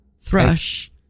thrush